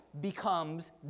becomes